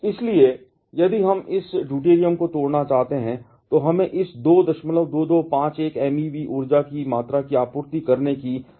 इसलिए यदि हम इस ड्यूटेरियम को तोड़ना चाहते हैं तो हमें इस 22251 MeV ऊर्जा की मात्रा की आपूर्ति करने की आवश्यकता है